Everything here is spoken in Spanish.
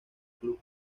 club